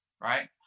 right